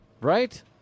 Right